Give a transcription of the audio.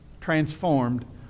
transformed